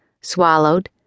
swallowed